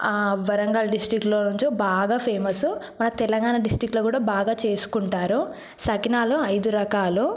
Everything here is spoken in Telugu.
వరంగల్ డిస్టిక్లోను బాగా ఫేమస్ మన తెలంగాణ డిస్టిక్లో కూడా బాగా చేసుకుంటారు సకినాలు ఐదు రకాలు